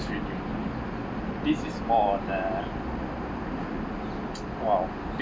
feeling this is more on a !wow!